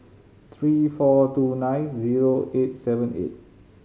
three four two nine zero eight seven eight